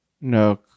no